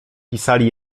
pisali